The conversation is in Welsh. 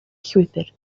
llwybr